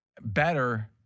Better